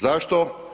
Zašto?